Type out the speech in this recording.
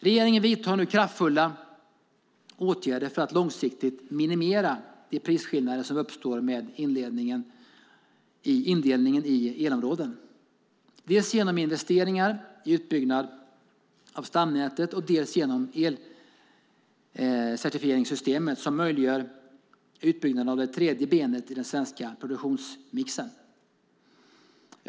Regeringen vidtar nu kraftfulla åtgärder för att långsiktigt minimera de prisskillnader som uppstår med indelningen i elområden, dels genom investeringar i utbyggnad av stamnätet, dels genom elcertifieringssystemet som möjliggör utbyggnaden av det tredje benet i den svenska produktionsmixen.